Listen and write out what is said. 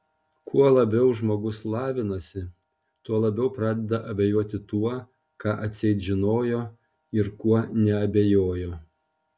kuo labiau žmogus lavinasi tuo labiau pradeda abejoti tuo ką atseit žinojo ir kuo neabejojo